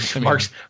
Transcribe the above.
Mark's